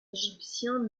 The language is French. égyptien